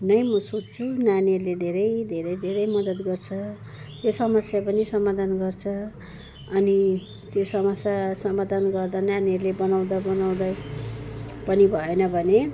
नै म सोध्छु नानीहरूले धेरै धेरै धेरै मदत गर्छ यो समस्या पनि समाधान गर्छ अनि त्यो समस्या समाधान गर्दा नानीहरूले बनाउँदा बनाउँदै पनि भएन भने